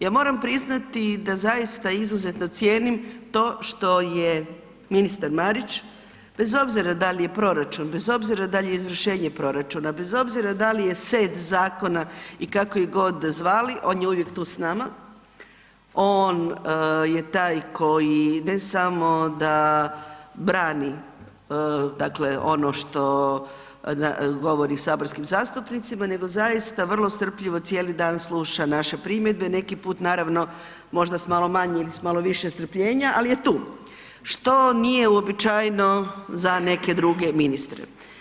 Ja moram priznati da zaista izuzetno cijenim to što je ministar Marić, bez obzira da li je proračun, bez obzira da li je izvršenje proračuna, bez obzira da li je set zakona i kako ih godi zvali, on je uvijek tu s nama, on je taj koji ne samo da brani dakle ono što govori saborskim zastupnicima, nego zaista vrlo strpljivo cijeli dan sluša naše primjedbe, neki put naravno, možda s malo manje ili s malo više strpljenja, ali je tu, što nije uobičajeno za neke druge ministre.